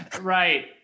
right